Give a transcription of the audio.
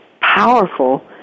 powerful